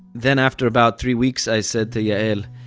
then after about three weeks, i said to yael,